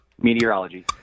Meteorology